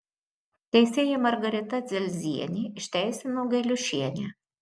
teisėja margarita dzelzienė išteisino gailiušienę